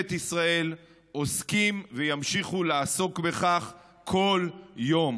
ישראל עוסקים וימשיכו לעסוק בכך כל יום,